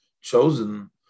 chosen